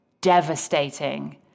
devastating